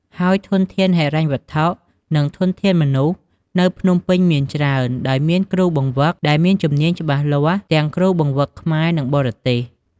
ហើយធនធានហិរញ្ញវត្ថុ និងធនធានមនុស្សនៅភ្នំពេញមានច្រើន ដោយមាន គ្រូបង្វឹក ដែលមានជំនាញច្បាស់លាស់ ទាំងគ្រូបង្វឹកខ្មែរ និងបរទេស។